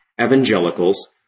evangelicals